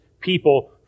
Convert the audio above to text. people